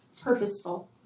purposeful